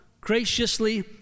graciously